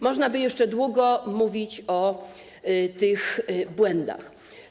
Można by jeszcze długo mówić o tych błędach.